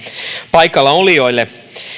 paikallaolijoille